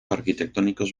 arquitectónicos